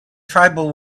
tribal